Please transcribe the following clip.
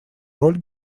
роль